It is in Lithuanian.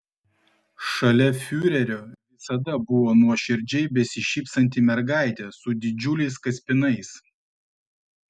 šalia fiurerio visada buvo nuoširdžiai besišypsanti mergaitė su didžiuliais kaspinais